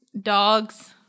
dogs